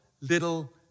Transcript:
little